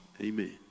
amen